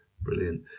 Brilliant